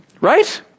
Right